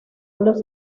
los